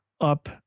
up